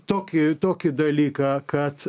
tokį tokį dalyką kad